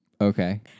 okay